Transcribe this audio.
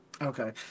Okay